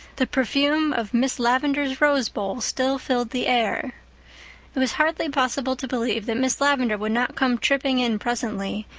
the perfume of miss lavendar's rose bowl still filled the air. it was hardly possible to believe that miss lavendar would not come tripping in presently,